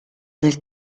del